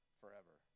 forever